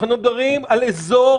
אנחנו מדברים על אזור